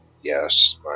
Yes